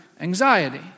anxiety